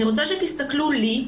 אני רוצה שתסתכלו עליי,